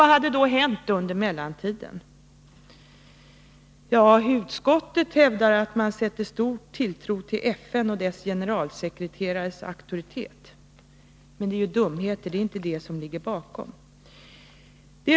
Vad hade då hänt under mellantiden? Ja, utskottet hävdar att man sätter stor tilltro till FN och dess generalsekreterares auktoritet. Men det är ju bara dumheter, det är inte det som ligger bakom Sveriges ställningstagande.